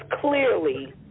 clearly